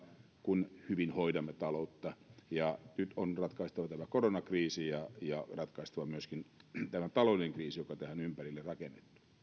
kun hyvin hoidamme taloutta nyt on ratkaistava tämä koronakriisi ja ja ratkaistava myöskin tämä taloudellinen kriisi joka tähän ympärille on rakennettu